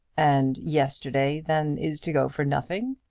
and yesterday, then, is to go for nothing.